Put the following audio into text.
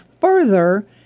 further